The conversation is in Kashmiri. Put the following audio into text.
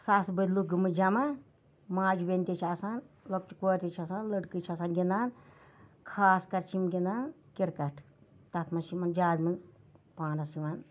ساسہٕ بٔدۍ لُکھ گٔمٕتۍ جمع ماجہِ بیٚنہِ تہِ چھِ آسان لۄکچہِ کورِ تہِ چھِ آسان لٔڑکہٕ چھِ آسان گِندان خاص کر چھِ یِم گِندان کِرکَٹ تَتھ منٛز چھُ یِمن زیادٕ منٛز پانَس یِوان